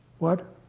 what?